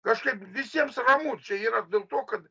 kažkaip visiems ramu čia yra dėl to kad